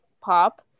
pop